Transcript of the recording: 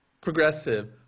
progressive